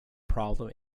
problem